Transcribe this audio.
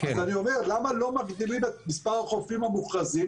אז אני אומר: למה לא מגדילים את מספר החופים המוכרזים?